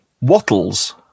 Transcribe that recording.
Wattles